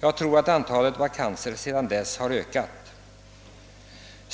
Jag tror att antalet vakanser sedan dess har ökat.